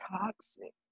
toxic